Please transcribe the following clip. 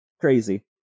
Crazy